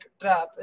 trap